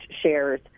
shares